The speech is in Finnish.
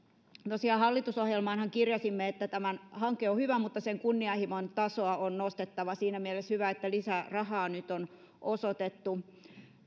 tosiaan hallitusohjelmaanhan kirjasimme että tämä hanke on hyvä mutta sen kunnianhimon tasoa on nostettava siinä mielessä hyvä että lisärahaa nyt on osoitettu